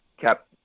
cap